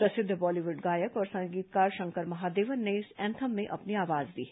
प्रसिद्ध बॉलीवुड गायक और संगीतकार शंकर महादेवन ने इस ऐंथम में अपनी आवाज दी है